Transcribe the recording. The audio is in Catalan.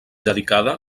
dedicada